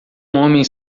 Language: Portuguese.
homem